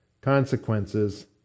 consequences